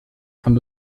von